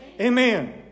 Amen